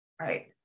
right